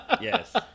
Yes